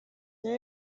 nayo